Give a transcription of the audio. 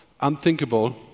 unthinkable